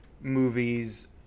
movies